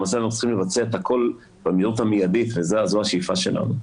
למעשה אנחנו צריכים לבצע את הכל במהירות המיידית וזו השאיפה שלנו.